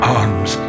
arms